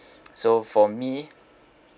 so for me